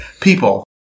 People